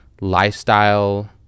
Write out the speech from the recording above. lifestyle